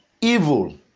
evil